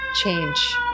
change